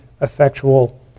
effectual